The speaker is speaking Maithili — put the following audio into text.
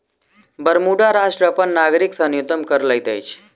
बरमूडा राष्ट्र अपन नागरिक से न्यूनतम कर लैत अछि